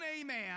amen